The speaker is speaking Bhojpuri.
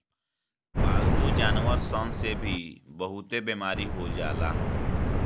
पालतू जानवर सन से भी बहुते बेमारी हो जाला